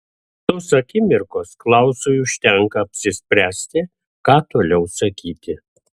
tos akimirkos klausui užtenka apsispręsti ką toliau sakyti